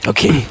Okay